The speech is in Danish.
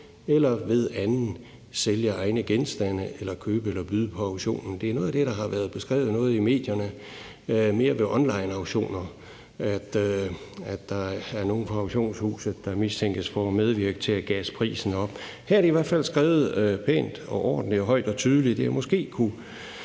eller ved en anden sælge egne genstande eller købe eller byde på auktionen.« Noget af det, der har været beskrevet i medierne mere ved onlineauktioner, er, at der er nogle i auktionshuset, der mistænkes for at medvirke til at gasse prisen op. Her er det i hvert fald skrevet pænt og ordentligt og højt og tydeligt.